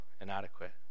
inadequate